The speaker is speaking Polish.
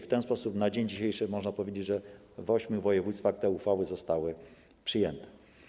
W ten sposób na dzień dzisiejszy można powiedzieć, że w ośmiu województwach te uchwały zostały przyjęte.